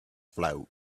float